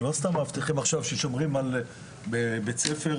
זה לא סתם מאבטחים ששומרים בבית ספר,